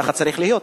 כך צריך להיות,